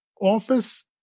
office